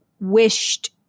wished